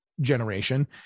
generation